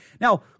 Now